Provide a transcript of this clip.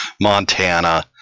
Montana